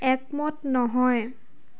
একমত নহয়